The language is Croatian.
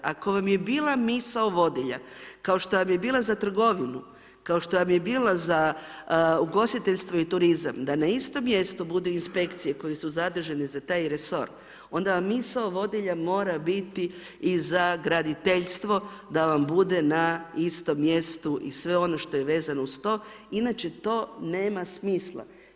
Ako vam je bila misao vodilja kao što vam je bila za trgovinu, kao što vam je bila za ugostiteljstvo i turizam, da na istom mjestu bude inspekcije koje su zadužene za taj resor, onda vam misao vodilja mora biti i za graditeljstvo da vam bude na istom mjestu i sve ono što je vezano uz to inače to nema smisla.